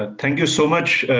ah thank you so much,